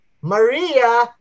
Maria